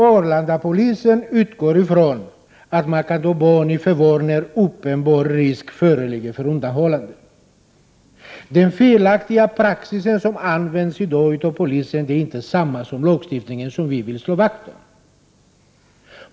Arlandapolisen utgår från att barn kan tas i förvar när uppenbar risk föreligger för undanhållande. Den felaktiga praxis som används i dag av polisen stämmer inte med den gällande lagstiftningen, som vi vill slå vakt om.